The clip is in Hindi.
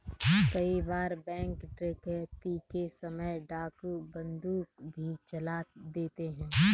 कई बार बैंक डकैती के समय डाकू बंदूक भी चला देते हैं